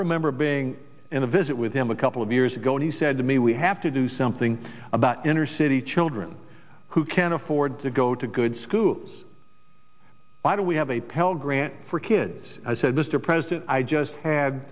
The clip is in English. remember being in a visit with him a couple of years ago and he said to me we have to do something about inner city children who can't afford to go to good schools why do we have a pell grant for kids i said mr president i just had